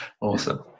awesome